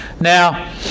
Now